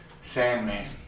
Sandman